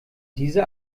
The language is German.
dieser